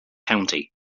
county